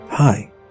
Hi